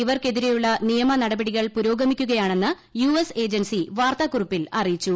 ഇവർക്കെതിരെയുള്ള നിയമ നടപടികൾ പുരോഗമിക്കുകയാണെന്ന് യുഎസ് ഏജൻസി വാർത്താക്കുറിപ്പിൽ അറിയിച്ചു